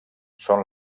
són